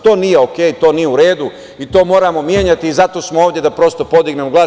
To nije OK, to nije u redu i to moramo menjati i zato smo ovde da prosto podignemo glas.